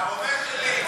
והרובה שלי.